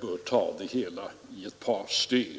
bör ta det hela i ett par steg.